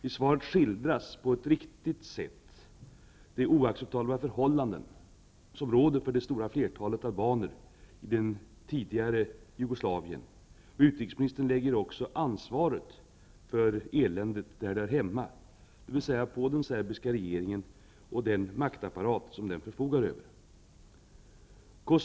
I svaret skildras på ett riktigt sätt de oacceptabla förhållanden som råder för det stora flertalet albaner i det tidigare Jugoslavien. Utrikesministern lägger också ansvaret för eländet där det hör hemma, dvs. på den serbiska regeringen och den maktapparat som den förfogar över.